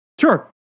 Sure